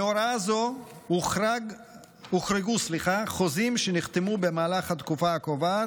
מהוראה זו הוחרגו חוזים שנחתמו במהלך התקופה הקובעת,